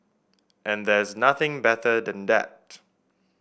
and there's nothing better than that